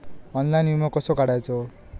Online विमो कसो काढायचो?